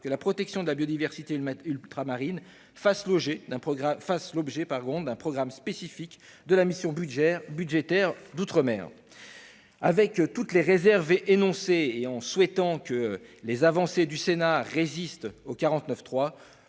que la protection de la biodiversité ultramarine fasse l'objet d'un programme spécifique de la mission « Outre-mer »? Avec toutes les réserves énoncées, et en souhaitant que les avancées du Sénat résistent au 49.3,